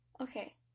Okay